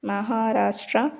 Maharashtra